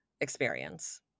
experience